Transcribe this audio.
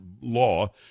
law